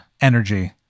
energy